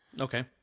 Okay